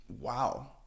Wow